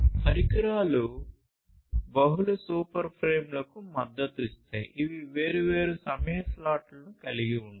పరికరాలు బహుళ సూపర్ ఫ్రేమ్లకు మద్దతు ఇస్తాయి ఇవి వేర్వేరు సమయ స్లాట్లను కలిగి ఉంటాయి